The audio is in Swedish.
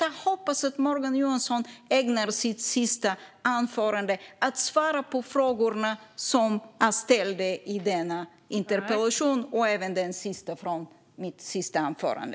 Jag hoppas att Morgan Johansson ägnar sitt sista anförande åt att svara på frågorna som jag ställde i min interpellation och nu i mitt sista anförande.